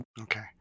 Okay